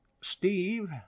Steve